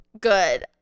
good